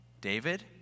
David